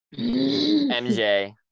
mj